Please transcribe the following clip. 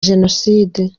jenoside